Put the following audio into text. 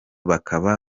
bakaba